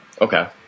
Okay